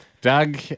Doug